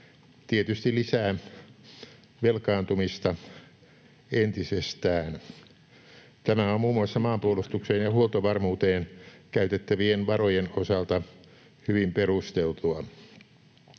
tietysti lisää velkaantumista entisestään. Tämä on muun muassa maanpuolustukseen ja huoltovarmuuteen käytettävien varojen osalta hyvin perusteltua.